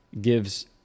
gives